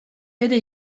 bere